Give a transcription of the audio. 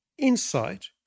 Insight